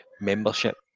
membership